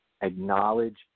acknowledge